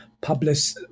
publish